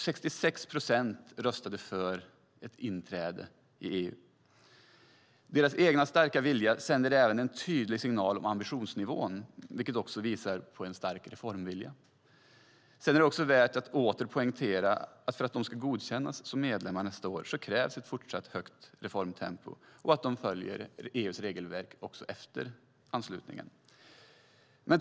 66 procent röstade för ett inträde i EU. Den egna starka viljan sänder en tydlig signal om ambitionsnivån, vilket också visar på reformvilja. Det är också värt att åter poängtera att för att man ska godkännas som medlem nästa år krävs ett fortsatt högt reformtempo och att man följer EU:s regelverk även efter anslutningen.